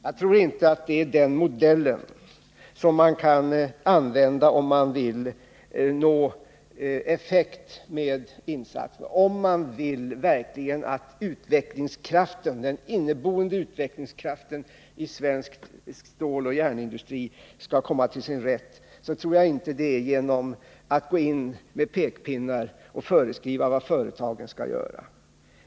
Jag tror inte att det är denna modell som vi skall använda, om vi vill nå effekt med insatserna. Om vi verkligen vill att den inneboende utvecklingskraften i svensk ståloch järnindustri skall komma till sin rätt, bör vi inte gå in med pekpinnar och föreskriva vad företagen skall göra.